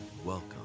Welcome